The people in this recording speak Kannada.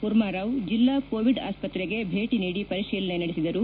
ಕೂರ್ಮಾರಾವ್ ಜಿಲ್ಲಾ ಕೋವಿಡ್ ಆಸ್ಪತ್ರೆಗೆ ಭೇಟಿ ನೀಡಿ ಪರಿಶೀಲನೆ ನಡೆಸಿದರು